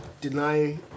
deny